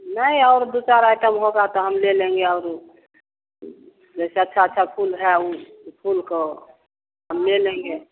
नहीं और दू चार आइटम होगा त हम ले लेंगे औरी जैसे अच्छा अच्छा फूल है फूल तो हम ले लेंगे